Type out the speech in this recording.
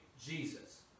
Jesus